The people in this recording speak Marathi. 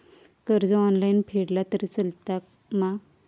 कर्ज ऑनलाइन फेडला तरी चलता मा?